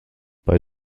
bei